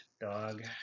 dog